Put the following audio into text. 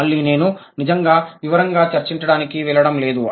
మళ్ళీ నేను నిజంగా వివరంగా చర్చించడానికి వెళ్ళడం లేదు